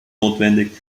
notwendig